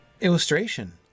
Illustration